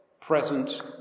present